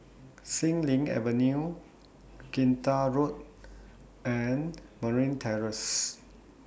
Xilin Avenue Kinta Road and Marine Terrace